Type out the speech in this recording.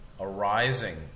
arising